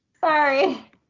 sorry